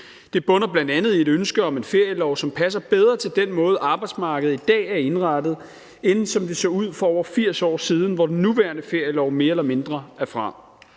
Det bunder bl.a. i et ønske om en ferielov, som passer bedre til den måde, som arbejdsmarkedet i dag er indrettet på, end som det så ud for over 80 år siden, hvor den nuværende ferielov mere eller mindre er fra.